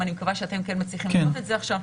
מקווה שאתם כן מצליחים לראות את זה עכשיו.